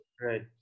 Right